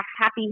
happy